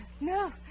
No